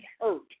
hurt